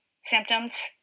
symptoms